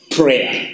prayer